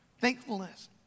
Thankfulness